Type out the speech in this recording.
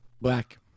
Black